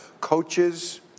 coaches